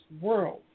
world